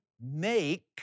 make